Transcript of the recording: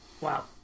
Wow